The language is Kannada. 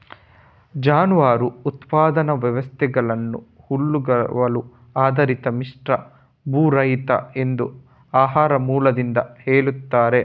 ಜಾನುವಾರು ಉತ್ಪಾದನಾ ವ್ಯವಸ್ಥೆಗಳನ್ನ ಹುಲ್ಲುಗಾವಲು ಆಧಾರಿತ, ಮಿಶ್ರ, ಭೂರಹಿತ ಎಂದು ಆಹಾರದ ಮೂಲದಿಂದ ಹೇಳ್ತಾರೆ